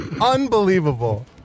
Unbelievable